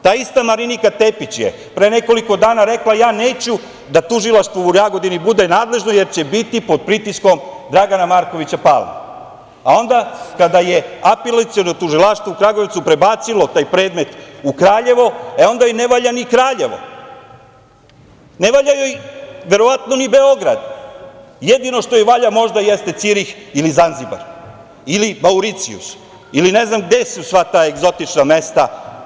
Ta ista Marinika Tepić je pre nekoliko dana rekla - neću da Tužilaštvo u Jagodini bude nadležno, jer će biti pod pritiskom Dragana Markovića Palme, a onda kada je Apelaciono tužilaštvo u Kragujevcu prebacilo taj predmet u Kraljevo, e onda joj ne valja ni Kraljevo, ne valja joj verovatno ni Beograd, jedino što joj valja možda jeste Cirih, Zanzibar, Mauricijus ili ne znam gde su sva ta egzotična mesta.